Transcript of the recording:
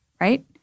right